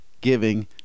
giving